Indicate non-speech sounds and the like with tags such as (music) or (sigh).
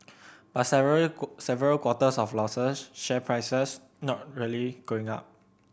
but several (unintelligible) several quarters of losses share prices not really going up